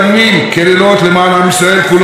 ובפרט למען החלשים בכל מקום.